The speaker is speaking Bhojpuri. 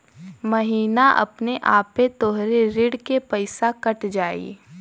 महीना अपने आपे तोहरे ऋण के पइसा कट जाई